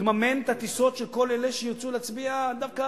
תממן את הטיסות של כל אלה שירצו להצביע דווקא